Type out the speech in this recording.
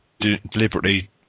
deliberately